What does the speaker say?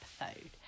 episode